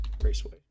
Raceway